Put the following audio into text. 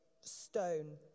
stone